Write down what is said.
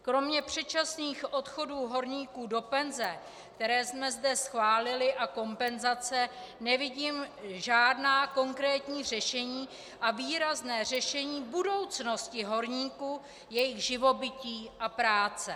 Kromě předčasných odchodů horníků do penze, které jsme zde schválili, a kompenzace nevidím žádná konkrétní řešení a výrazné řešení budoucnosti horníků, jejich živobytí a práce.